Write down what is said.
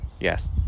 Yes